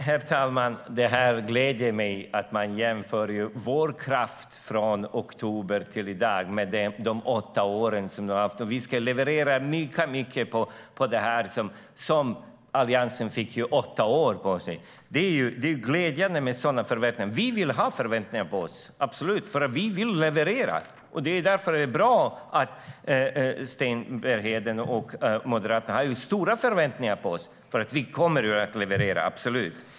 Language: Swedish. Herr talman! Det gläder mig att Sten Bergheden jämför vår kraft från oktober till i dag med de åtta åren som ni hade på er. Vi skulle tydligen ha levererat lika mycket under den här tiden som Alliansen hade åtta år på sig att göra. Det är glädjande med sådana förväntningar. Det är bra att Sten Bergheden och Moderaterna har höga förväntningar på oss, för vi kommer att leverera.